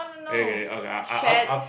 get it get it okay I'll I'll